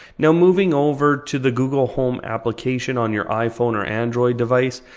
now moving over to the google home application on your iphone or android device.